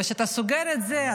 וכשאתה סוגר את זה,